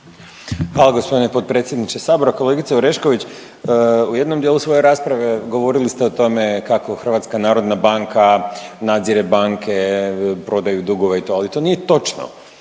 Hvala g. potpredsjedniče sabora. Kolegice Orešković, u jednom dijelu svoje rasprave govorili ste o tome kako HNB nadzire banke, prodaju dugove i to, ali to nije točno,